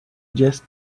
just